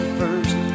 first